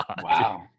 Wow